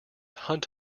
hunt